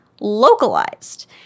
localized